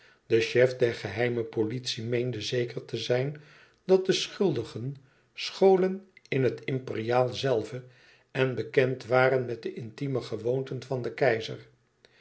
de chef der geheime politie meende zeker te zijn dat de schuldigen scholen in het imperiaal zelve en bekend waren met de intieme gewoonten van den keizer